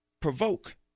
provoke